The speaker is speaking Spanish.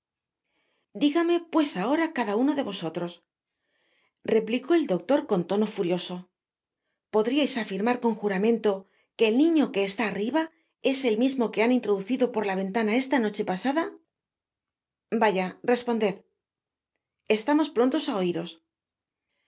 digame pues ahora cada uno de vosotros replicó el doctor con tono furioso podriais afirmar con juramento que el niño que está arriba es el mismo que han introducido por la ven lana la noche pasada vaya responded estamos prontos á oiros